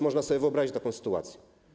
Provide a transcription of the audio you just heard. Można sobie wyobrazić taką sytuację.